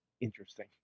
interesting